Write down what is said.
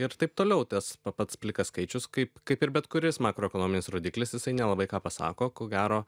ir taip toliau tas pats plikas skaičius kaip kaip ir bet kuris makroekonominis rodiklis jisai nelabai ką pasako ko gero